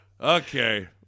Okay